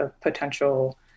potential